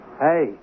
Hey